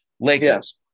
lakers